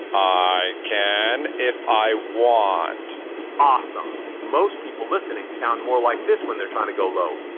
i can if i want awesome. most people listening sound more like this when they're trying to go low.